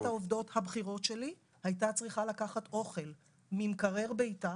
העובדות הבכירות שלי הייתה צריכה לקחת אוכל ממקרר ביתה